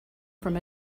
from